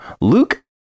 Luke